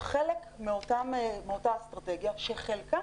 הם חלק מאותה אסטרטגיה שחלקה